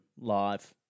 live